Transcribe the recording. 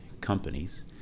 companies